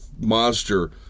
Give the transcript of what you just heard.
monster